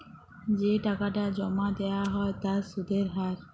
যে টাকাটা জমা দেয়া হ্য় তার সুধের হার